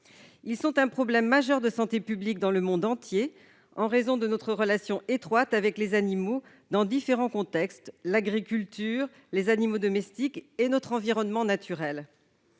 Elles sont un problème majeur de santé publique dans le monde entier, en raison de notre relation étroite avec les animaux dans différents contextes- l'agriculture, les animaux domestiques et notre environnement naturel.